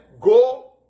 go